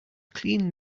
clean